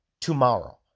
tomorrow